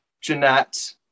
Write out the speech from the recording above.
Jeanette